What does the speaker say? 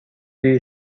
دیر